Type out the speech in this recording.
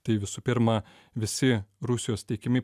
tai visų pirma visi rusijos teikiami